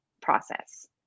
process